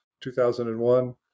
2001